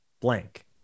blank